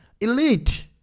elite